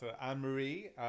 Anne-Marie